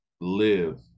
live